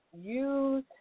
Use